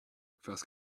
first